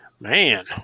Man